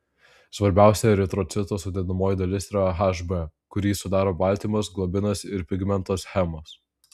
svarbiausia eritrocito sudedamoji dalis yra hb kurį sudaro baltymas globinas ir pigmentas hemas